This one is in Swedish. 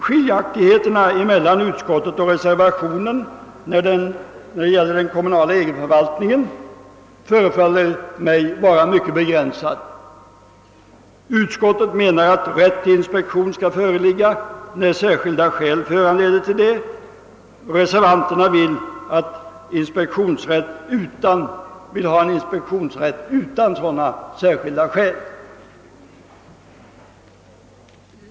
Skiljaktigheterna mellan utskottsutlåtandet och reservationen beträffande den kommunala egenförvaltningen förefaller mig vara mycket begränsade. Utskottsmajoriteten anser att rätt till inspektion skall föreligga när särskilda skäl föranleder till det. Reservanterna vill ha en inspektionsrätt utan sådana särskilda skäl.